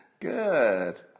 good